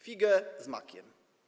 Figę z makiem.